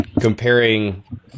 comparing